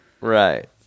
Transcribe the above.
Right